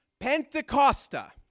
Pentecosta